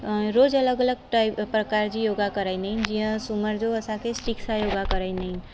रोज़ु अलॻि अलॻि टाइप प्रकार जी योगा कराईंदा आहिनि जीअं सूमर जो असांखे सां योगा कराईंदा आहिनि